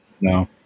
No